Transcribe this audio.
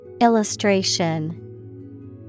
Illustration